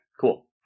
cool